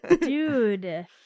Dude